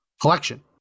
collection